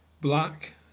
black